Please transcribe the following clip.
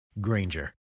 Granger